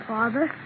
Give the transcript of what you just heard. Father